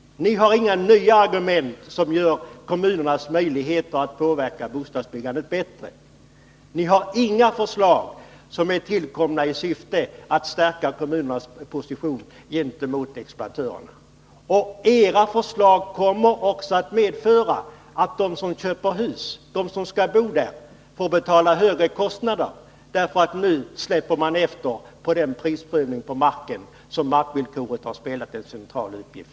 Ni har ingenting att komma med som gör kommunernas möjligheter att påverka bostadsbyggandet bättre. Ni har inga förslag som tillkommit i syfte att stärka kommunernas position gentemot exploatörerna. Era förslag kommer också att medföra att de som köper hus — de som skall bo där — får höga kostnader. Nu släpper ni efter på den prisprövning på marken som markvillkoret spelade en central roll för.